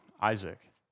Isaac